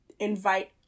invite